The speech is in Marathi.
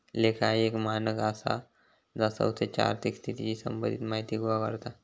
लेखा ह्या एक मानक आसा जा संस्थेच्या आर्थिक स्थितीच्या संबंधित माहिती गोळा करता